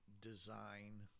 design